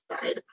side